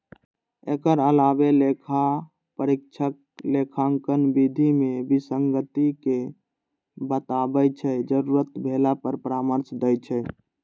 एकर अलावे लेखा परीक्षक लेखांकन विधि मे विसंगति कें बताबै छै, जरूरत भेला पर परामर्श दै छै